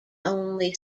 only